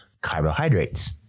carbohydrates